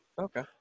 Okay